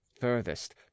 furthest